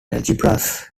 algebras